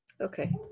Okay